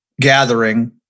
gathering